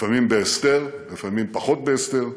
לפעמים בהסתר, לפעמים פחות בהסתר,